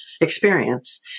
experience